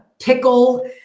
pickle